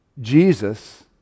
Jesus